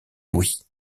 louis